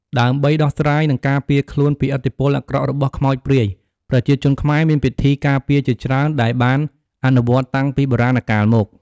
ដើម្បីដោះស្រាយ និងការពារខ្លួនពីឥទ្ធិពលអាក្រក់របស់ខ្មោចព្រាយ ប្រជាជនខ្មែរមានពិធីការពារជាច្រើនដែលបានអនុវត្តន៍តាំងពីបុរាណកាលមក។